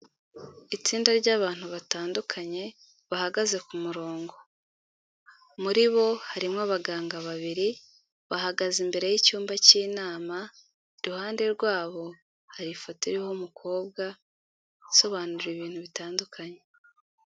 Itsinda ry'abantu batandukanye bahagaze ku murongo, muri bo harimo abaganga babiri bahagaze imbere y'icyumba cy'inama. Iruhande rwabo hari ifoto iriho umukobwa isobanura ibintu bitandukanye.